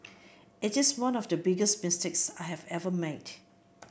it is one of the biggest mistakes I have ever made